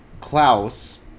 Klaus